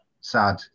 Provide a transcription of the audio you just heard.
sad